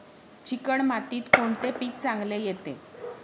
Chicken मातीत कोणते पीक चांगले येते?